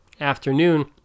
afternoon